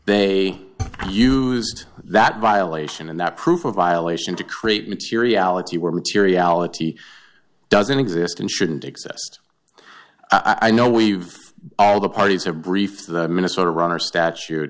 they used that violation and that proof of violation to create materiality were materiality doesn't exist and shouldn't exist i know we've all the parties are brief the minnesota runner statute